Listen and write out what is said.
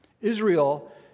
Israel